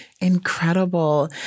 Incredible